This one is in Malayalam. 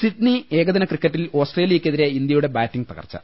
സിഡ്നി ഏകദിന ക്രിക്കറ്റിൽ ഓസ്ട്രേലിയക്കെതിരെ ഇന്ത്യയ്ക്ക് ബാറ്റിംഗ് തകർച്ചു